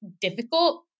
difficult